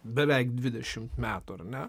beveik dvidešim metų ar ne